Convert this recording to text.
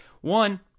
one